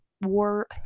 war